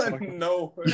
No